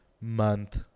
month